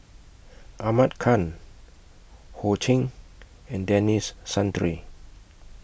Ahmad Khan Ho Ching and Denis Santry